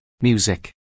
music